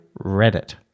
Reddit